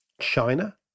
China